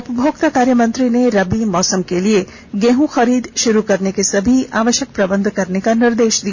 उपभोक्ता कार्यमंत्री ने रबी मौसम के लिए गेहूं खरीद शुरू करने के सभी आवश्यक प्रबंध करने का निर्देश दिया